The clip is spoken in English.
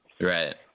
Right